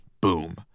boom